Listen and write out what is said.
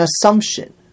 assumption